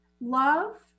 love